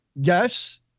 yes